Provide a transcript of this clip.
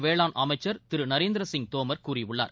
வேளாண் அமைச்சர் திரு நரேந்திர சிங் தோமர் கூறியுள்ளார்